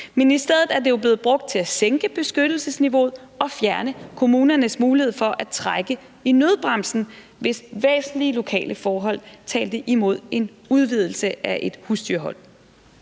men i stedet er det blevet brugt til at sænke beskyttelsesniveauet og til at fjerne kommunernes mulighed for at trække i nødbremsen, hvis væsentlige lokale forhold talte imod en udvidelse af husdyrhold.